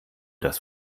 das